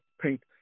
paint